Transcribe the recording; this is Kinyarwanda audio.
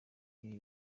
ibi